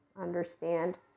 understand